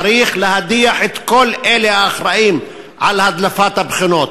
צריך להדיח את כל אלה האחראים להדלפת הבחינות.